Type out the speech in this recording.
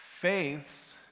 faiths